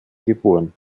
geboren